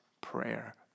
prayer